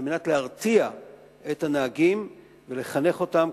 כדי להרתיע את הנהגים ולחנך אותם,